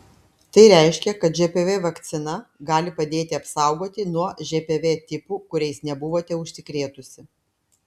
tai reiškia kad žpv vakcina gali padėti apsaugoti nuo žpv tipų kuriais nebuvote užsikrėtusi